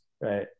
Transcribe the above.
right